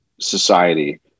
society